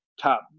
top